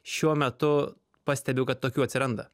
šiuo metu pastebiu kad tokių atsiranda